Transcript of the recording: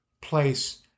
place